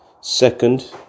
second